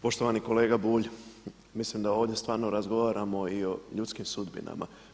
Poštovani kolega Bulj, mislim da ovdje stvarno razgovaramo i o ljudskim sudbinama.